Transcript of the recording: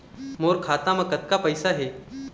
मोर खाता म कतक पैसा हे?